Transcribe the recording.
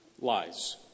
lies